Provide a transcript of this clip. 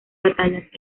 batallas